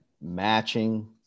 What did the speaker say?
matching